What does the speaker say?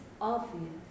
obvious